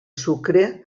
sucre